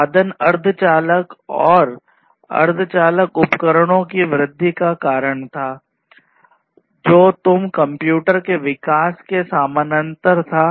उत्पादन अर्धचालक और अर्धचालक उपकरणों में वृद्धि के कारण था जो तुम कंप्यूटर के विकास के समानांतर था